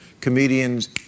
comedians